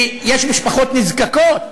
כי יש משפחות נזקקות